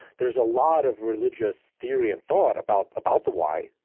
there is a lot of religious theory and thought about about the why.